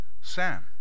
Sam